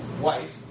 wife